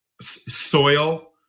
soil